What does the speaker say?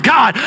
God